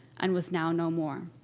and was now no more.